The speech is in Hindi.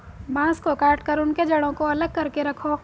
बांस को काटकर उनके जड़ों को अलग करके रखो